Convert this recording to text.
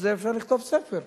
אפשר לכתוב ספר.